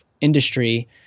industry